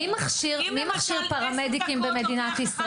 מי מכשיר פרמדיקים במדינת ישראל?